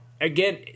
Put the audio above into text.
again